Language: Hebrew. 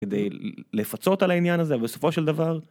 כדי לפצות על העניין הזה בסופו של דבר.